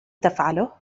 تفعله